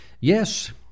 Yes